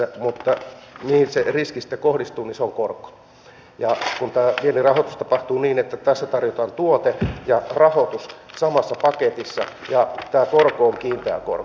mutta se mihin se riski sitten kohdistuu on korko kun tämä viennin rahoitus tapahtuu niin että tässä tarjotaan tuote ja rahoitus samassa paketissa ja tämä korko on kiinteä korko